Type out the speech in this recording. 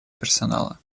персонала